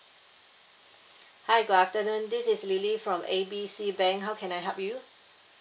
hi good afternoon this is lily from A B C bank how can I help you